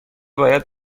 باید